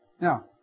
Now